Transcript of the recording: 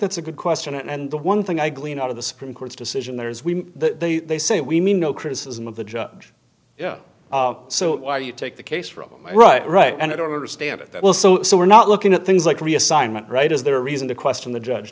that's a good question and the one thing i glean out of the supreme court's decision there is we they they say we mean no criticism of the judge you know so why do you take the case from right right and i don't understand it that well so so we're not looking at things like reassignment right is there reason to question the judge